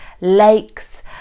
Lakes